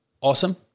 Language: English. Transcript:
awesome